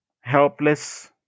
helpless